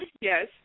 Yes